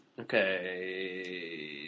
okay